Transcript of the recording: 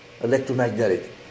electromagnetic